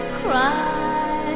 cry